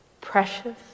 precious